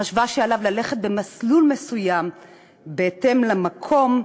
חשבה שעליו ללכת במסלול מסוים בהתאם למקום,